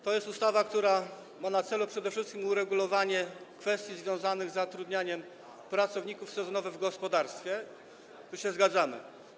To jest ustawa, która ma na celu przede wszystkim uregulowanie kwestii związanych z zatrudnianiem pracowników sezonowych w gospodarstwie - tu się zgadzamy.